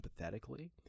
empathetically